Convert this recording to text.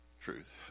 truth